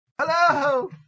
Hello